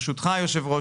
ברשותך היושב-ראש,